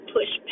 Push